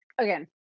again